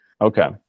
Okay